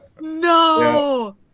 No